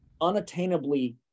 unattainably